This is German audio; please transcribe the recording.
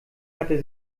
hatte